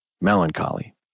Melancholy